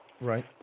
Right